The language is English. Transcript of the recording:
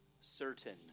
certain